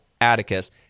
Atticus